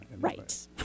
right